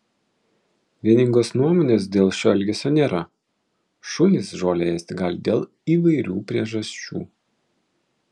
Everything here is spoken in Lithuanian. vieningos nuomonės dėl šio elgesio nėra šunys žolę ėsti gali dėl įvairių priežasčių